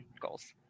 goals